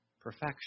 perfection